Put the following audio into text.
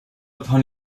upon